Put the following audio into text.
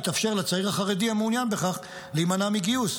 יתאפשר לצעיר החרדי המעוניין בכך להימנע מגיוס.